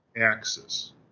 axis